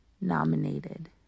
nominated